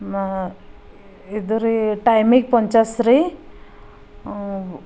ಇದು ರೀ ಟೈಮಿಗೆ ಪೌಂಚಾಸ್ರಿ